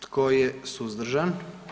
Tko je suzdržan?